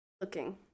looking